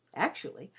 actually,